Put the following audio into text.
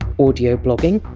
audioblogging?